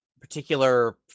particular